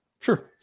Sure